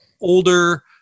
older